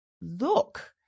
look